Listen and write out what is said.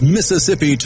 Mississippi